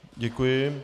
Děkuji.